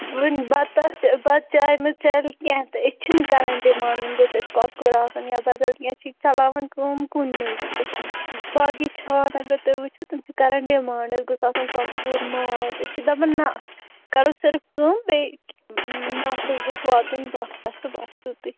وۅنۍ بَتَس بَتہٕ چاے مہٕ چَلہِ کیٚنٛہہ تہٕ أسۍ چھِنہٕ کَران ڈِمانٛڈ وۅنۍ گوٚژھ اَسہِ کۄکُر آسُن یا بَدَل کیٚںٛہہ أسۍ چھِی چَلاوان کٲم کُنہِ منٛز باقٕے چھان اگر تُہۍ وُچھِو تِم چھِ کَران ڈِمانٛڈ اَسہِ گوٚژھ آسُن کۄکُر ماز أسۍ چھِ دَپان نہَ کَرو صِرِف کٲم بیٚیہِ نَفسَس گوٚژھ واتُن بَس یِتُے